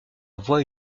voie